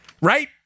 right